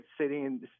sitting